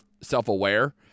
self-aware